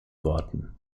worten